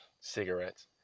cigarettes